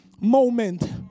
moment